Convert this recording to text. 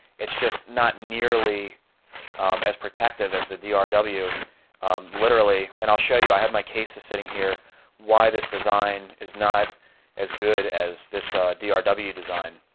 it's just not nearly as protective as the the ah drw literally and i'll show you i have my cases sitting here why this design is not as good as this drw design.